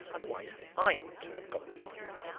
otherwise i ought to have got the prize.